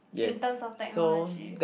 in terms of technology